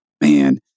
man